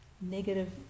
negative